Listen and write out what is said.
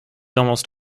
almost